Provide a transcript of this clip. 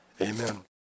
Amen